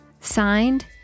Signed